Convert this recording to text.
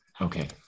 Okay